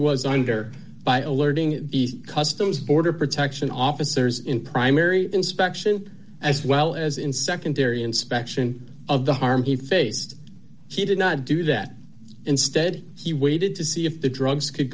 was under by alerting customs border protection officers in primary inspection as well as in secondary inspection of the harm he faced he did not do that instead he waited to see if the drugs could